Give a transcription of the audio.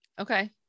okay